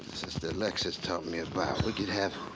sister alexis taught me about we could have